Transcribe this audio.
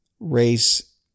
Race